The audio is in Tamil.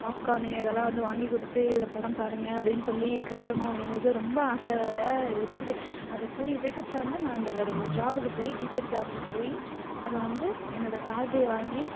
பாப்கானு இதெல்லாம் வந்து வாங்கி கொடுத்து படம் பாருங்கள் அப்டின்னு சொல்லி காட்டணும் அப்படிங்கிறது ரொம்ப ஆசையாக இருக்குது அது கூடிய சீக்கிரத்துல வந்து நான் அந்த ஒரு ஜாபுக்கு போய் டீச்சர் ஜாபுக்கு போய் அதை வந்து என்னோட சேலரிய வாங்கி